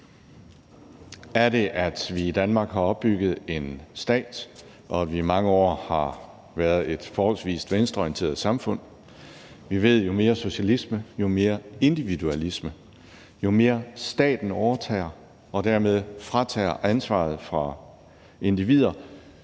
det det, at vi i Danmark har opbygget en stat, og at vi i mange år har været et forholdsvis venstreorienteret samfund? Vi ved jo, at jo mere socialisme, jo mere individualisme. Jo mere staten overtager og dermed tager ansvaret fra individer,